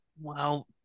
Wow